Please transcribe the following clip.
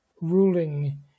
ruling